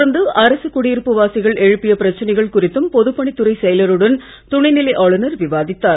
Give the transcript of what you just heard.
தொடர்ந்து அரசுக் குடியிருப்பு வாசிகள் எழுப்பிய பிரச்சனைகள் குறித்தும் பொதுப்பணித்துறை செயலருடன் துணைநிலை ஆளுநர் விவாதித்தார்